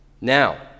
Now